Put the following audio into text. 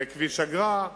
כביש אגרה.